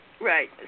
Right